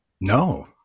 No